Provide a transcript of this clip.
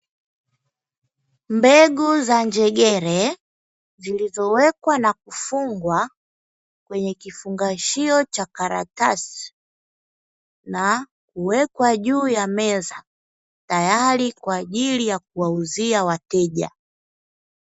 Mbegu za njegere zilizowekwa na kufungwa kwenye kifungashio cha karatasi na kuwekwa juu ya meza, tayari kwa ajili ya kuwauzia wateja.